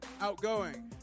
outgoing